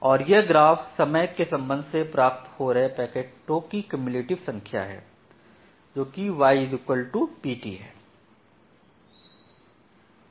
और यह ग्राफ समय के संबंध में प्राप्त हो रहे पैकेटों की क्युमुलेटिव संख्या है जोकि Y Pt है